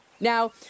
Now